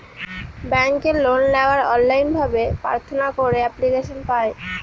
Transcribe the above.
ব্যাঙ্কে লোন নেওয়ার অনলাইন ভাবে প্রার্থনা করে এপ্লিকেশন পায়